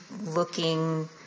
looking